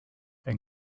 and